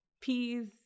Peas